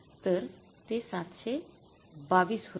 तर ते ७२२ होतात